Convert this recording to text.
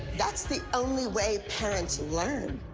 that's the only way parents learn.